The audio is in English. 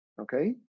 Okay